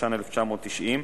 התש"ן 1990,